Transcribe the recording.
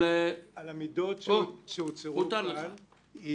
על המידות שצוינו כאן.